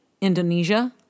Indonesia